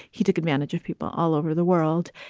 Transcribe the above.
he took advantage of people all over the world.